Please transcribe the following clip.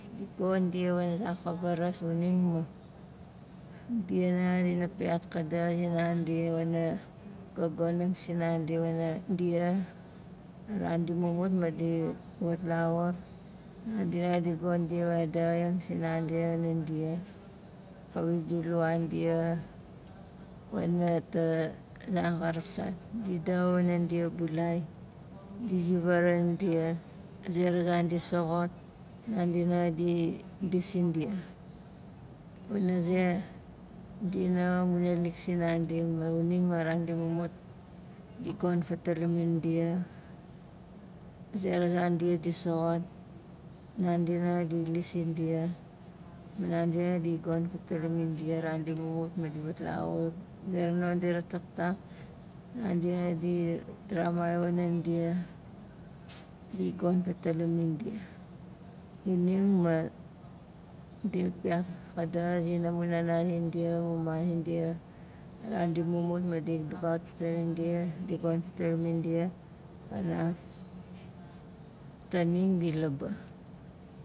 Woxing dia wana zan ka varas xuning ma dia nanga dina piat kadaxa zinandi wana gagonang sinandi wana dia a ran di mumut ma di wat laxur nandi hanga di gon dia wana daxaiang sinandi wanan dia kawit di luan dia wana tazan ka raksaat di daxa wanan dia bulai di zi vaaraxain dia a zera zan di soxot handi nanga di lis sindia wana ze dia nanga amu naalik sinandi ma xuning ma ran di mumut di gon fatalamin dia a zera zan dia di soxot handi nanga di lis sindia ma nandi nanga di gon fatalamin dia a ran di mumut ma di wat laxur a zera non di rataktak nandi nanga di ramai wanan dia di gon fatalamin dia xuning ma dina piat kadaxa zina mu nana zindia mu mama zindia a ran di mumut ma di lugaut fatalamin dia di gon fatalamin dia kanaf taning di labaa